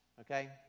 Okay